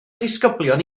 disgyblion